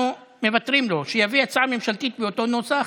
אנחנו מוותרים לו, שיביא הצעה ממשלתית באותו נוסח